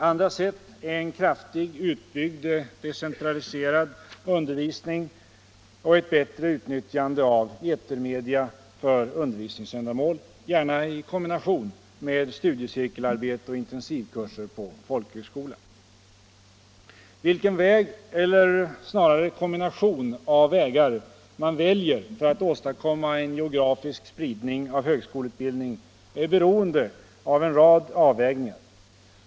Andra sätt är en kraftigt utbyggd decentraliserad undervisning och ett bättre utnyttjande av etermedia för undervisningsändamål, gärna i kombination med studiecirkelarbete och intensivkurser på folkhögskola. Vilken väg eller snarare kombination av vägar man väljer för att åstadkomma en geografisk spridning av högskoleutbildningen är beroende av en rad avvägningar.